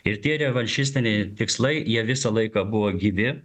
ir tie revanšistiniai tikslai jie visą laiką buvo gyvi